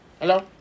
Hello